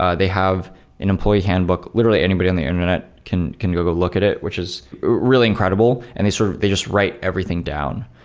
ah they have an employee handbook, literally anybody on the internet can can go go look at it, which is really incredible. and they sort of they just write everything down.